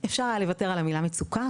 אפשר היה לוותר על המילה 'מצוקה',